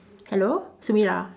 hello Sumirah